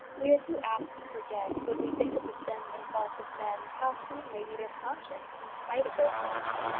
we are too apt to forget when we think of the sins and faults of men how keen may be their conscience in spite of their sins.